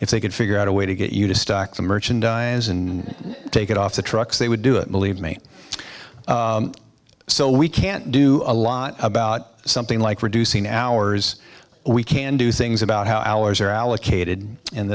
if they could figure out a way to get you to stock the merchandise and take it off the trucks they would do it believe me so we can't do a lot about something like reducing hours we can do things about how hours are allocated and